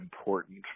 important